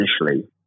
initially